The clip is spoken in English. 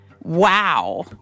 Wow